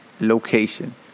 location